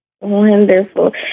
Wonderful